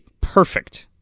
perfect